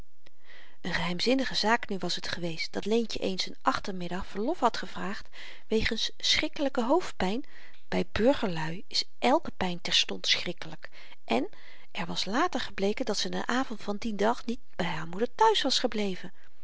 een geheimzinnige zaak nu was t geweest dat leentjen eens n achtermiddag verlof had gevraagd wegens schrikkelyke hoofdpyn by burgerluî is elke pyn terstond schrikkelyk en er was later gebleken dat ze den avend van dien dag niet by haar moeder thuis was gebleven